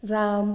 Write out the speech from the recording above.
Ram